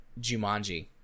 Jumanji